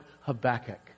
Habakkuk